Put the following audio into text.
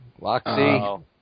Loxy